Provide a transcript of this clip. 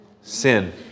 Sin